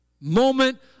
Moment